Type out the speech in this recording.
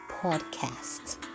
podcast